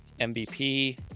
MVP